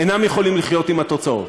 אינם יכולים לחיות עם התוצאות.